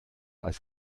als